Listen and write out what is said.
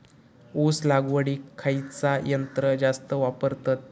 ऊस लावडीक खयचा यंत्र जास्त वापरतत?